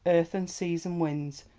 earth, and seas, and winds,